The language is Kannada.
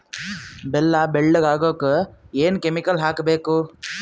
ಬೆಲ್ಲ ಬೆಳಗ ಆಗೋಕ ಏನ್ ಕೆಮಿಕಲ್ ಹಾಕ್ಬೇಕು?